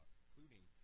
including